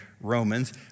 Romans